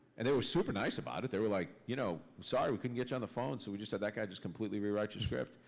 and they were super nice about it. they were like, you know sorry, we couldn't get you on the phone, so we just had that guy just completely rewrite your script.